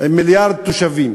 עם מיליארד תושבים,